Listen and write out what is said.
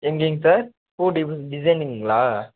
எங்கேங்க sir boutique டிசைனிங்களா